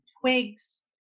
Twigs